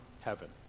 heaven